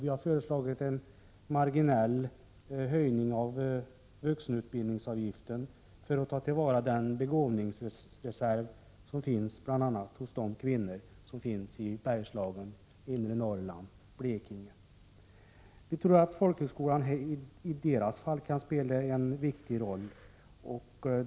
Vi har föreslagit en marginell höjning av vuxenutbildningsavgiften för att ta till vara den begåvningsreserv som finns hos bl.a. de kvinnor som bor i Bergslagen, inre Norrland och Blekinge. Vi tror att folkhögskolan i deras fall kan ha mycket stor betydelse.